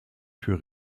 für